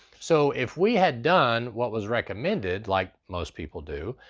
so if we had done what was recommended, like most people do,